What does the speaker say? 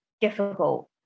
difficult